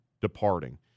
departing